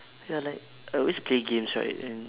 ya like I always play games right and